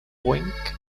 wink